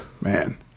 Man